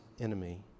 enemy